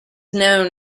known